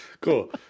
Cool